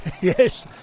Yes